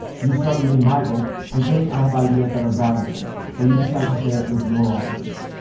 you start reading my book and think i have ideas that are valuable. so you decide to share it with your audience.